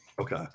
Okay